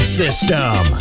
system